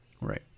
Right